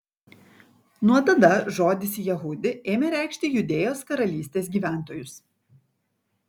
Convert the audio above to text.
nuo tada žodis jehudi ėmė reikšti judėjos karalystės gyventojus